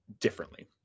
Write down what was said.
differently